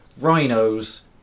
rhinos